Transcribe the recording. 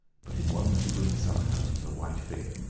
but in one little green summer-house was a white figure,